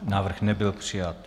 Návrh nebyl přijat.